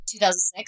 2006